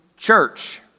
Church